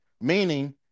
meaning